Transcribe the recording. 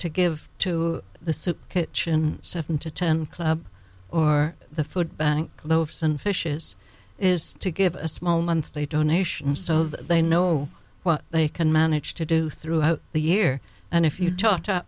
to give to the soup kitchen seven to ten club or the food bank loaves and fishes is to give a small monthly donation so they know what they can manage to do throughout the year and if you talk to